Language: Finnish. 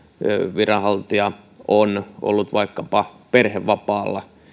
viranhaltija on ollut vaikkapa perhevapaalla